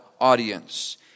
audience